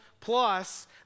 plus